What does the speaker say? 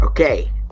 Okay